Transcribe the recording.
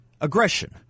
aggression